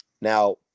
Now